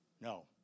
No